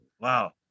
Wow